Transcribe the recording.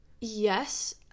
Yes